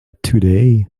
today